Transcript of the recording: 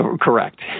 Correct